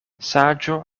saĝo